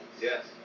Yes